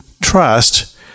trust